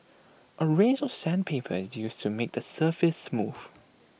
A range of sandpaper is used to make the surface smooth